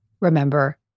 remember